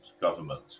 government